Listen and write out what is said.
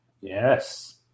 Yes